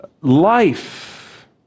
life